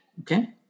Okay